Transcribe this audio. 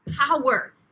power